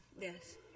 Yes